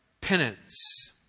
penance